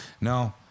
no